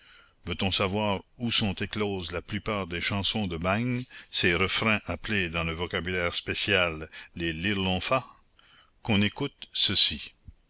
veut-on savoir où sont écloses la plupart des chansons de bagne ces refrains appelés dans le vocabulaire spécial les lirlonfa qu'on écoute ceci